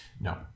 No